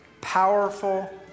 powerful